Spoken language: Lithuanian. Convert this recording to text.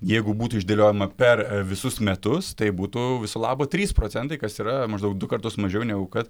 jeigu būtų išdėliojama per visus metus tai būtų viso labo trys procentai kas yra maždaug du kartus mažiau negu kad